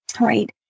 right